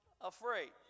afraid